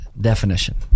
definition